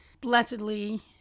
Blessedly